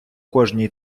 кожній